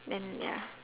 then ya